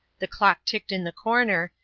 the clock ticked in the corner,